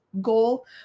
goal